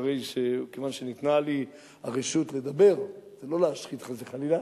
כיוון שניתנה לי הרשות לדבר ולא להשחית חס וחלילה,